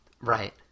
Right